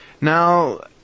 Now